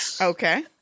okay